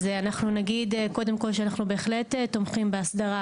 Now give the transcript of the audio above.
אז אנחנו נגיד קודם כל שאנחנו בהחלט תומכים בהסדרה